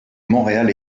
montréal